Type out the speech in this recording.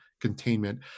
containment